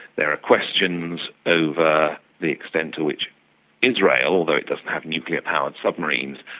there are questions over the extent to which israel, although it doesn't have nuclear powered submarines,